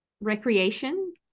recreation